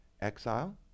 exile